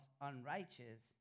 unrighteous